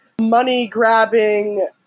money-grabbing